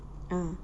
ah